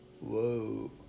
Whoa